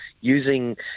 using